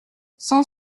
cent